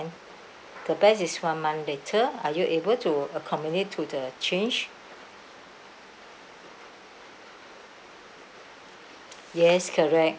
the best is one month later are you able to accommodate to the change yes correct